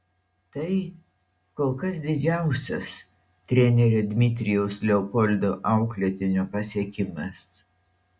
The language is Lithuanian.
tai kol kas didžiausias trenerio dmitrijaus leopoldo auklėtinio pasiekimas